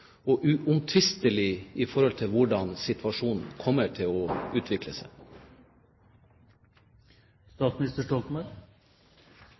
og uomtvistelig i forhold til hvordan situasjonen kommer til å utvikle